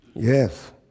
Yes